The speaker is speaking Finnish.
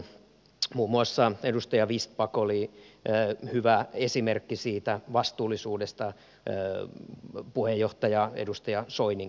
muun muassa edustaja vistbacka oli hyvä esimerkki siitä vastuullisuudesta puheenjohtaja edustaja soinin kanssa